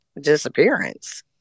disappearance